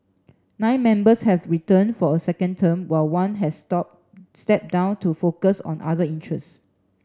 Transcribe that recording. nine members have returned for a second term while one has stop stepped down to focus on other interests